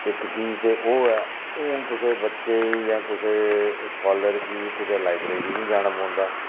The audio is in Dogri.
इक चीज ते ओह् ऐ हून कुसै बच्चे ई जां कुसै स्कालर गी कुतै लाइब्रेरी निं जाना पौंदा